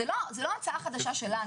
זו לא המצאה חדשה שלנו.